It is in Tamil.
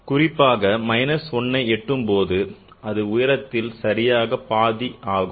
குறிப்பாக minus 1 ஐ எட்டும்போது அது உயரத்தில் சரியாக பாதி ஆகும்